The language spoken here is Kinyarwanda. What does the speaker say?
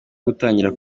gutangira